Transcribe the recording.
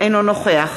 אינו נוכח